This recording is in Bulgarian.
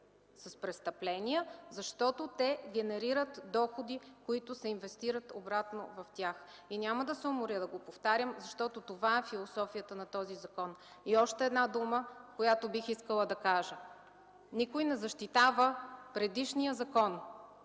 с престъпления, защото те генерират доходи, които се инвестират обратно в тях. И няма да уморя да го повтарям, защото това е философията на този закон. И още една дума, която бих искала да кажа: никой не защитава предишния закон.